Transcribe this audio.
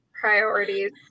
Priorities